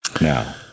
Now